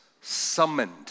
summoned